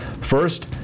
First